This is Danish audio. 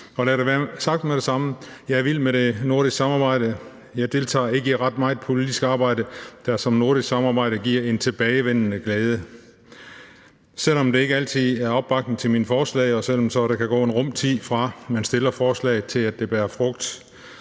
Lad det være sagt med det samme: Jeg er vild med det nordiske samarbejde. Jeg deltager ikke i ret meget politisk arbejde, der som det nordiske samarbejde giver en tilbagevendende glæde, selv om der ikke altid er opbakning til mine forslag, og selv om der kan gå en rum tid, fra at man stiller et forslag, til at det bærer frugt.